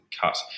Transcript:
cut